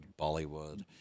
Bollywood